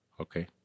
Okay